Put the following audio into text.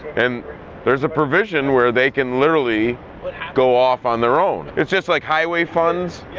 and there's a provision where they can literally go off on their own. it's just like highway funds.